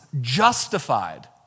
justified